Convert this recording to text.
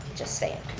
just saying.